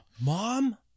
Mom